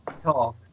talk